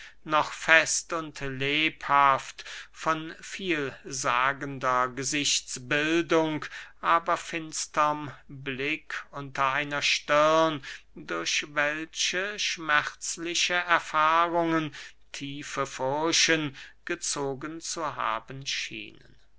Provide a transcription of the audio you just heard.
noch fest und lebhaft von viel sagender gesichtsbildung aber finsterm blick unter einer stirn durch welche schmerzliche erfahrungen tiefe furchen gezogen zu haben schienen